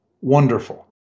wonderful